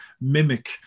mimic